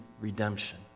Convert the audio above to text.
redemption